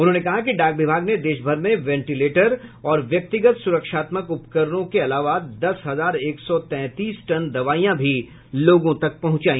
उन्होंने कहा कि डाक विभाग ने देश भर में वेंटीलेटरों और व्यक्तिगत सुरक्षात्मक उपकरणों के अलावा दस हजार एक सौ तैंतीस टन दवाइयां भी लोगों तक पहुंचाई